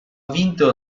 vinto